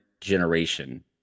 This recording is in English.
generation